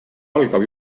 algab